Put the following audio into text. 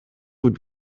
would